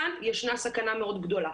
כאן ישנה סכנה מאוד גדולה,